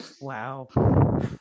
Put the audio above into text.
wow